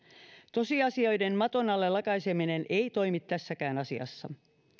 tosiasioiden maton alle lakaiseminen ei toimi tässäkään asiassa